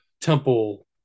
temple